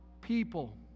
people